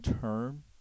term